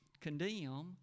condemn